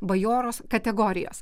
bajoro kategorijos